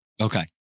Okay